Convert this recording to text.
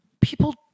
People